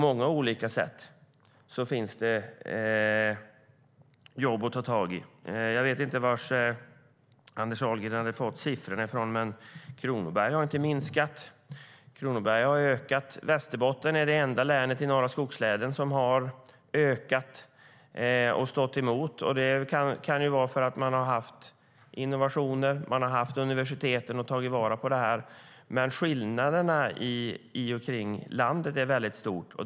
Jag vet inte varifrån Anders Ahlgren har fått siffrorna, men Kronoberg har inte minskat utan ökat. Västerbotten är det enda länet bland de norra skogslänen som har ökat och stått emot. Det kan vara för att det har skett innovationer. Man har tagit vara på universitetet. Skillnaderna i landet är stora.